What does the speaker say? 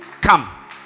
Come